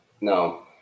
No